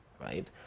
right